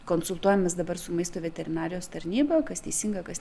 konsultuojamės dabar su maisto veterinarijos tarnyba kas teisinga kas